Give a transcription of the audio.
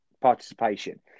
participation